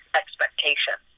expectation